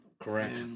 Correct